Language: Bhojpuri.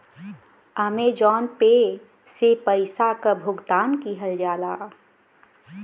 अमेजॉन पे से पइसा क भुगतान किहल जाला